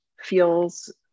feels